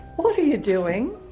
what are you doing?